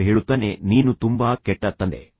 ಮಗ ಹೇಳುತ್ತಾನೆಃ ನೀನು ತುಂಬಾ ಕೆಟ್ಟ ತಂದೆ